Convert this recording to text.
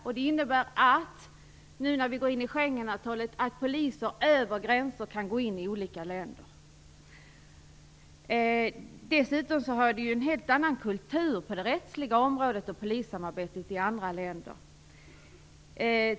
Men det innebär att, när vi nu går in i Schengensamarbetet, att poliser kan gå in i olika länder över gränserna. Det råder också en helt annan kultur på det rättsliga området och för polissamarbete i andra länder.